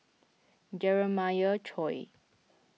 Jeremiah Choy